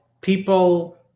People